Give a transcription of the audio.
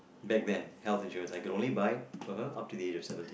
back then health insurance I can only buy for her up till the age of seventy